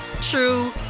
true